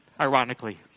ironically